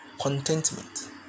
contentment